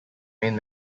main